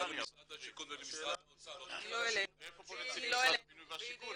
במשרד השיכון ומשרד האוצר --- ואיפה פה נציג משרד הבינוי והשיכון?